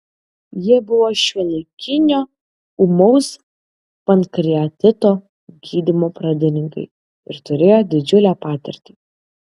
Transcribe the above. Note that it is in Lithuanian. jie buvo šiuolaikinio ūmaus pankreatito gydymo pradininkai ir turėjo didžiulę patirtį